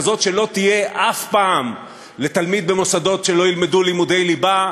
כזאת שלא תהיה אף פעם לתלמיד במוסדות שלא ילמדו לימודי ליבה,